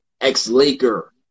ex-Laker